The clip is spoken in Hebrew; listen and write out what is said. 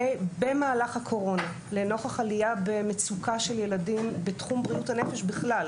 במהלך הקורונה לנוכח עלייה במצוקה של ילדים בתחום בריאות הנפש בכלל,